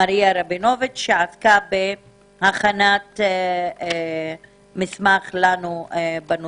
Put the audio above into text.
מריה רבינוביץ, שעסקה בהכנת מסמך עבורנו.